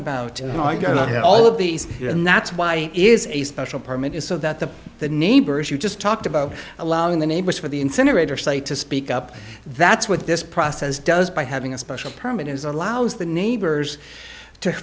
about all of these and that's why is a special permit is so that the the neighbors you just talked about allowing the neighbors for the incinerator site to speak up that's what this process does by having a special permit is allows the neighbors to